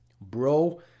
bro